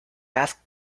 asked